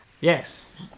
Yes